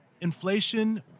Inflation